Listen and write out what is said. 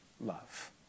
love